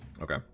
okay